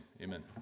Amen